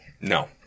No